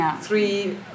three